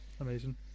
Amazing